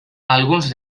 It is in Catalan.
alguns